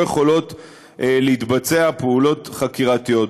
החישובים פוליטיים,